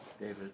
David